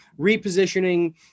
repositioning